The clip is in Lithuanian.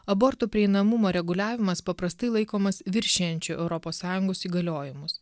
abortų prieinamumo reguliavimas paprastai laikomas viršijančiu europos sąjungos įgaliojimus